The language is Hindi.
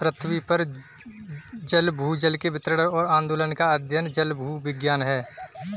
पृथ्वी पर जल भूजल के वितरण और आंदोलन का अध्ययन जलभूविज्ञान है